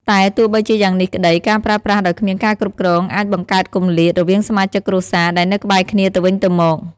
តែទោះបីជាយ៉ាងនេះក្ដី ការប្រើប្រាស់ដោយគ្មានការគ្រប់គ្រងអាច បង្កើតគម្លាត រវាងសមាជិកគ្រួសារដែលនៅក្បែរគ្នាទៅវិញទៅមក។